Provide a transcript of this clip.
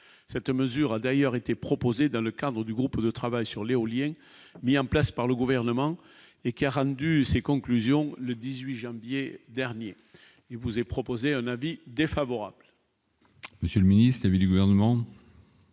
cette mesure a d'ailleurs été proposées dans le cadre du groupe de travail sur l'éolienne, mis en place par le gouvernement et qui a rendu ses conclusions le 18 janvier dernier il vous est proposé un avis défavorable. Monsieur le ministre du gouvernement.